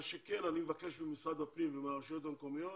מה שכן, אני מבקש ממשרד הפנים ומהרשויות המקומיות